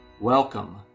Welcome